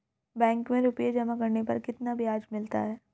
Bank में रुपये जमा करने पर कितना ब्याज मिलता है?